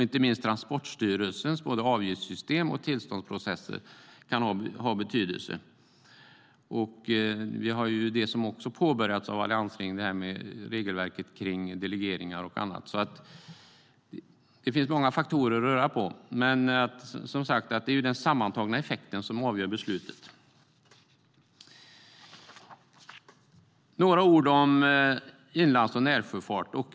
Inte minst kan Transportstyrelsens avgiftssystem och tillståndsprocesser ha betydelse. Vi har också det arbete som alliansregeringen påbörjat med regelverket när det gäller delegeringar och annat. Det finns alltså många faktorer att röra i. Men det är som sagt den sammantagna effekten som avgör beslutet. Låt mig säga några ord om inlands och närsjöfart.